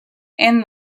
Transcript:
and